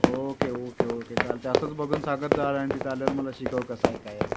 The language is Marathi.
ओके ओके ओके चालेल ते असंच बघून सांगत जा व तिथं आल्यावर मला शिकव कसं आहे काय आहे